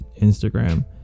Instagram